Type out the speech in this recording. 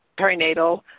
Perinatal